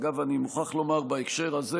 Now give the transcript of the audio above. אגב, אני מוכרח לומר בהקשר הזה